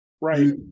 right